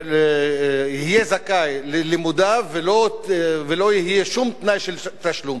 יהיה זכאי ללימודיו, ולא יהיה שום תנאי של תשלום?